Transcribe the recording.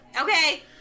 okay